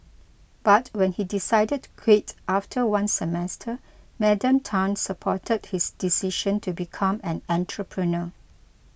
but when he decided to quit after one semester Madam Tan supported his decision to become an entrepreneur